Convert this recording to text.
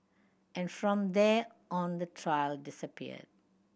and from there on the trail disappeared